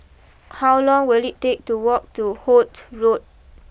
how long will it take to walk to Holt Road